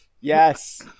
Yes